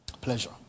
pleasure